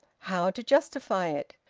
how to justify it?